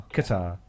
Qatar